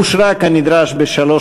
נתקבל.